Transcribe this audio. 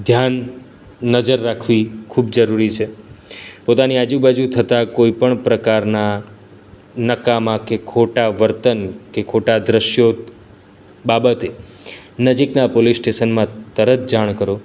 ધ્યાન નજર રાખવી ખૂબ જરૂરી છે પોતાની આજુ બાજુ થતા કોઇપણ પ્રકારનાં નકામા કે ખોટાં વર્તન કે ખોટાં દૃશ્યો બાબતે નજીકનાં પોલીસ સ્ટેશનમાં તરત જાણ કરો